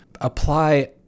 apply